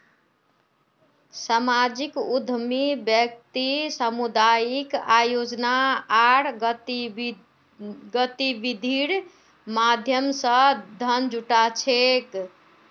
सामाजिक उद्यमी व्यक्ति सामुदायिक आयोजना आर गतिविधिर माध्यम स धन जुटा छेक